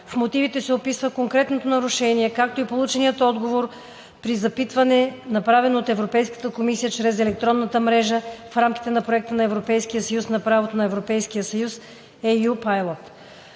в мотивите се описва конкретното нарушение, както и полученият отговор при запитване, изпратено до Европейската комисия чрез електронната мрежа в рамките на Проекта на Европейския съюз за правото на EC (EU Pilot).